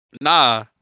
Nah